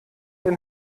den